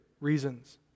reasons